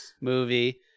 movie